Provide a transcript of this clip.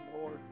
Lord